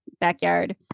backyard